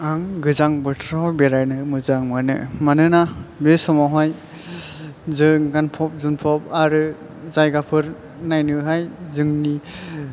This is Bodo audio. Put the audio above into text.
आं गोजां बोथोराव बेरायनो मोजां मोनो मानोना बे समावहाय जों गानफब जोम्फब आरो जायगाफोर नायनोहाय जोंनि